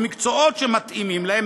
במקצועות שמתאימים להם,